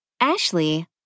Ashley